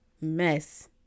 mess